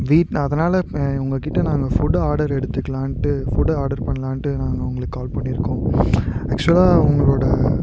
அதனால் இப்போ உங்கள் கிட்டே நான் இந்த ஃபுட்டை ஆடர் எடுத்துக்கலாம்ன்னுட்டு ஃபுட்டு ஆடர் பண்ணலாம்ன்னுட்டு நான் உங்களுக்கு கால் பண்ணியிருக்கோம் ஆக்ச்சுவலாக உங்களோட